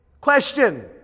Question